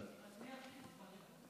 תמר זנדברג,